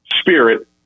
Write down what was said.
spirit